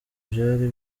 byari